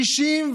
שופטים,